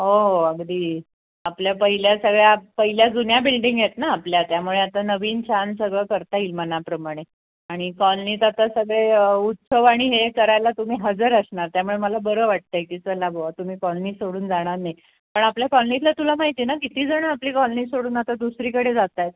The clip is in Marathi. हो अगदी आपल्या पहिल्या सगळ्या पहिल्या जुन्या बिल्डिंग आहेत ना आपल्या त्यामुळे आता नवीन छान सगळं करता येईल मनाप्रमाणे आणि कॉलनीच आता सगळे उत्सव आणि हे करायला तुम्ही हजर असणार त्यामुळे मला बरं वाटतं आहे की चला बुवा तुम्ही कॉलनी सोडून जाणार नाही पण आपल्या कॉलनीतलं तुला माहिती ना किती जणं आपली कॉलनी सोडून आता दुसरीकडे जात आहेत